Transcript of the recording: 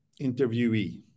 Interviewee